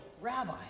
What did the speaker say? Rabbi